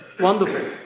Wonderful